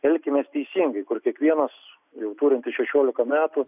elkimės teisingai kur kiekvienas jau turintis šešiolika metų